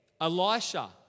Elisha